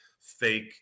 fake